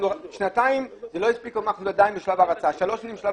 שנתיים ושלוש והם אמרו שהם עדיין בשלב הרצה.